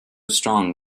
strong